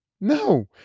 No